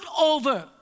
over